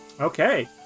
Okay